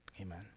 Amen